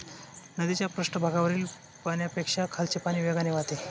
नदीच्या पृष्ठभागावरील पाण्यापेक्षा खालचे पाणी वेगाने वाहते